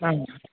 आम्